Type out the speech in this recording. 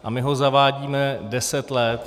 A my ho zavádíme deset let.